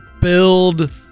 build